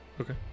Okay